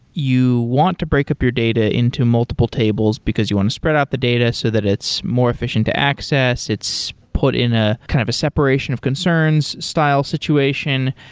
you want to break up your data into multiple tables because you want to spread out the data so that it's more efficient to access. it's put in ah kind of a separation of concerns, style situation.